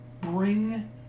bring